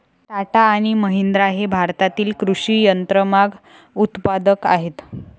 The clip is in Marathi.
टाटा आणि महिंद्रा हे भारतातील कृषी यंत्रमाग उत्पादक आहेत